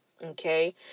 Okay